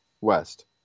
West